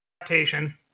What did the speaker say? adaptation